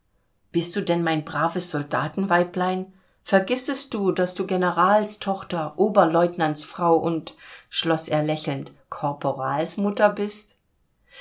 bist du denn mein braves soldatenweiblein vergissest du daß du generalstochter oberlieutenantsfrau und schloß er lächelnd korporalsmutter bist